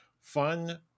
fun